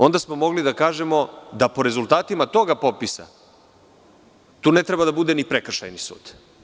Onda smo mogli da kažemo da po rezultatima toga popisa, tu ne treba da bude ni prekršajni sud.